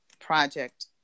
project